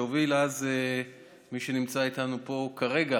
שהוביל אז מי שנמצא איתנו פה כרגע,